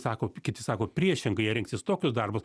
sako kiti sako priešingai jie rinksis tokius darbus